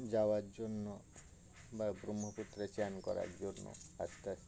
যাওয়ার জন্য বা ব্রহ্মপুত্রে চান করার জন্য আস্তে আস্তে